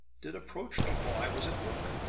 did approach me while i was at work.